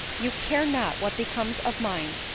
you care not what becomes of mine!